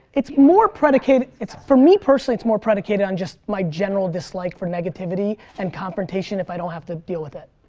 it's more predicated, for me personally it's more predicated on just my general dislike for negativity and confrontation if i don't have to deal with it.